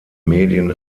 medien